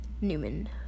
newman